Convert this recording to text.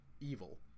evil